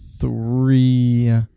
three